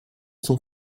sont